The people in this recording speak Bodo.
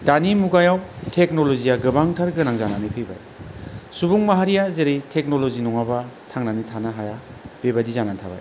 दानि मुगायाव टेक्न'ल'जिआ गोबांथार गोनां जानानै फैबाय सुबुं माहारिया जेरै टेक्न'ल'जि नङाबा थांनानै थानो हाया बेबायदि जानानै थाबाय